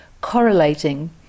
correlating